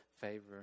favor